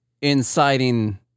inciting